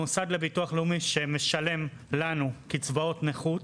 המוסד לביטוח לאומי שמשלם לנו קצבאות נכות,